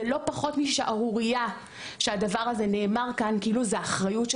זה לא פחות משערורייה שהדבר הזה נאמר כאן כאילו זו אחריות של